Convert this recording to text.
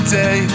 day